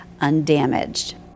undamaged